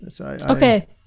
Okay